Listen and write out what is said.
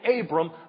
Abram